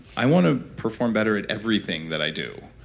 i want to perform better at everything that i do.